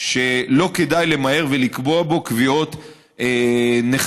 ולא כדאי למהר ולקבוע בו קביעות נחרצות.